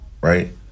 Right